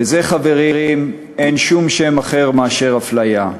לזה, חברים, אין שום שם אחר מאשר אפליה.